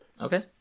Okay